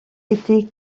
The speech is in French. été